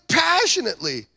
passionately